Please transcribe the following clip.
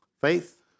Faith